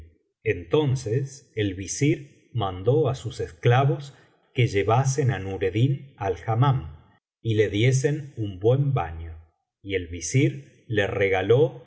entonces el visir mandó á sus esclavos que llevasen á nureddin al hammam y le diesen un buen baño y el visir le regaló